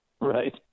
Right